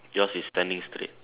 yours is standing straight